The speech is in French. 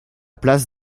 place